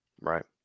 Right